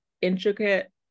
intricate